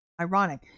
ironic